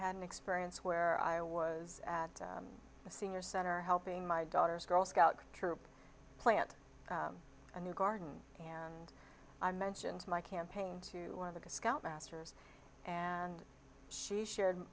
had an experience where i was at a senior center helping my daughter's girl scout troop plant a new garden and i mentioned my campaign to one of the scout masters and she shared